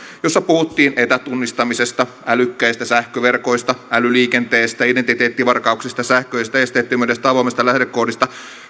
jossa puhuttiin etätunnistamisesta älykkäistä sähköverkoista älyliikenteestä identiteettivarkauksista sähköisestä esteettömyydestä avoimesta lähdekoodista